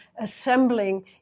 assembling